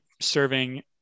serving